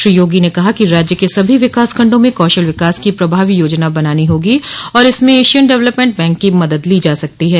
श्री योगी ने कहा कि राज्य के सभी विकासखंडों में कौशल विकास की प्रभावी योजना बनानी होगी और इसमें एशियन डेवलपमेंट बैंक की मदद ली जा सकती है